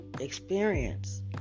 experience